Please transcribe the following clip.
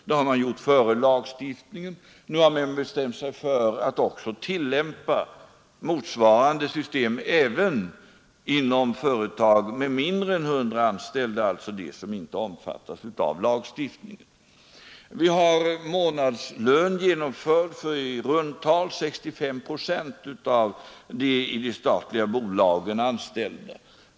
Så var det redan före lagstiftningen, och nu har man bestämt sig för att tillämpa motsvarande system även inom företag med mindre än 100 anställda, dvs. de som inte omfattas av lagstiftningen. Vidare har genomförts månadslön för i runt tal 65 procent av de anställda i statliga bolag.